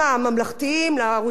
לערוצים הציבוריים,